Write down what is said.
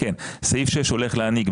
סעיף 6 הולך להעניק,